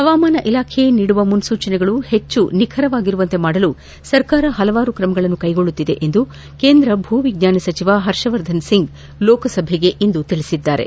ಹವಾಮಾನ ಇಲಾಖೆ ನೀಡುವ ಮುನೂಚನೆಗಳು ಹೆಚ್ಚು ನಿಖರವಾಗಿರುವಂತೆ ಮಾಡಲು ಸರ್ಕಾರ ಪಲವಾರು ತ್ರಮಗಳನ್ನು ಕೈಗೊಳ್ಳುತ್ತಿದೆ ಎಂದು ಕೇಂದ್ರ ಭೂವಿಜ್ಞಾನ ಸಚಿವ ಹರ್ಷವರ್ಧನ್ ಸಿಂಗ್ ಲೋಕಸಭೆಗೆ ಇಂದು ತಿಳಿಸಿದ್ದಾರೆ